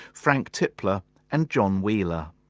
frank tipler and john wheeler.